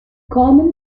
common